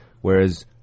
whereas